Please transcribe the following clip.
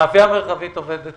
המאפייה המרחבית עובדת